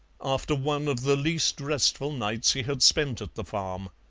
after one of the least restful nights he had spent at the farm.